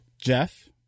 Jeff